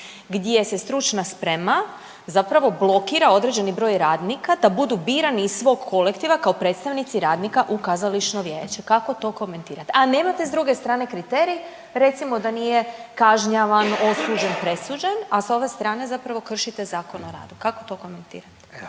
gdje se stručna sprema zapravo blokira određeni broj radnika da budu birani iz svog kolektiva kao predstavnici radnika u kazališno vijeće. Kako to komentirate? A nemate s druge strane kriterij recimo da nije kažnjavan, osuđen, presuđen a s ove strane zapravo kršite Zakon o radu kako to komentirate?